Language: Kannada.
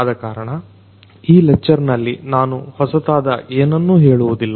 ಆದಕಾರಣ ಈ ಲೆಕ್ಚರ್ನಲ್ಲಿ ನಾನು ಹೊಸತಾದ ಏನನ್ನೂ ಹೇಳುವುದಿಲ್ಲ